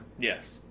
Yes